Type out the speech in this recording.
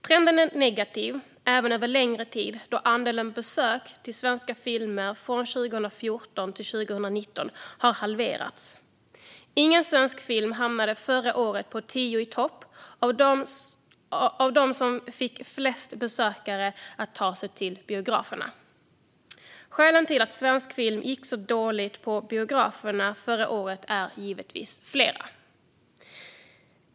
Trenden är negativ även över längre tid, då andelen besök för att se svenska filmer har halverats under 2014-2019. Ingen svensk film hamnade på förra årets tio i topp över de filmer som fick flest besökare att ta sig till biograferna. Skälen till att svensk film gick så dåligt på biograferna förra året är givetvis flera.